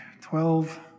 Twelve